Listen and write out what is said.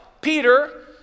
Peter